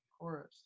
Chorus